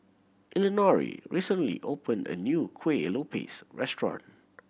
Elinore recently opened a new Kuih Lopes restaurant